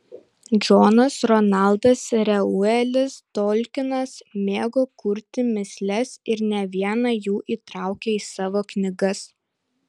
džonas ronaldas reuelis tolkinas mėgo kurti mįsles ir ne vieną jų įtraukė į savo knygas